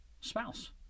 spouse